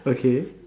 okay